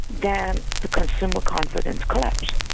then the consumer confidence collapsed.